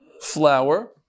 flour